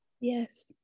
Yes